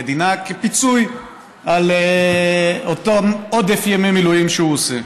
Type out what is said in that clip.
כפיצוי על עודף ימי המילואים שהוא עושה.